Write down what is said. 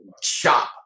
shop